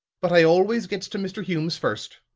but i always gets to mr. hume's first.